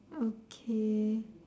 okay